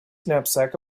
knapsack